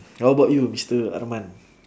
how about you mister arman